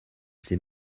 ses